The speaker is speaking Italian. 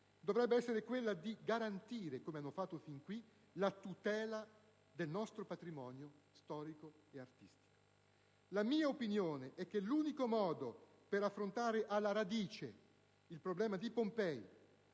dovrebbe essere quella di garantire, come hanno fatto fin qui, la tutela del nostro patrimonio storico-artistico. La mia opinione è che l'unico modo per affrontare alla radice il problema di Pompei